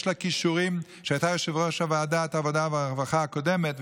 שהייתה יושבת-ראש ועדת העבודה והרווחה הקודמת,